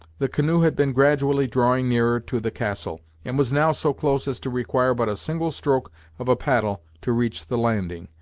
the canoe had been gradually drawing nearer to the castle, and was now so close as to require but a single stroke of a paddle to reach the landing.